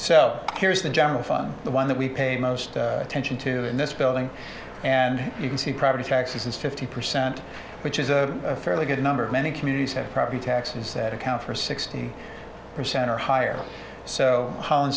so here's the general fund the one that we pay most attention to in this building and you can see property taxes is fifty percent which is a fairly good number of many communities have property taxes that account for sixty percent or higher so ha